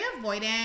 avoidant